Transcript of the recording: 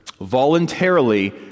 voluntarily